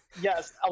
Yes